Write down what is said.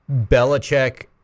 Belichick